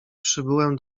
przybyłem